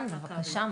בבקשה,